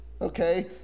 okay